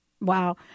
Wow